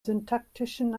syntaktischen